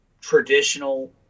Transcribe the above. traditional